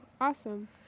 awesome